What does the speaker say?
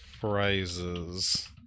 phrases